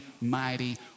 mighty